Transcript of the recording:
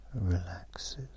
Relaxes